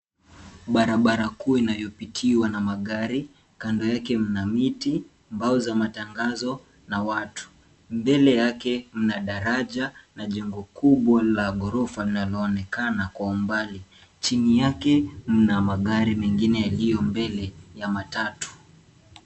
Barabara kuu inayopitiwa na magari. Kando yake mna miti, mbao za matangazo na watu. Mbele yake mna daraja na jengo kubwa la ghorofa linaloonekana kwa umbali. Chini yake mna magari mengine yaliyo mbele ya matatu.